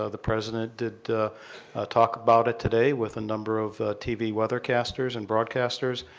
ah the president did a talk about it today with a number of tv weathercasters and broadcasters.